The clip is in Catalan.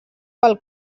pel